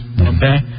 Okay